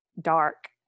Dark